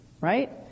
right